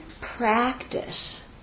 practice